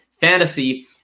Fantasy